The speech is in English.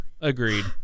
Agreed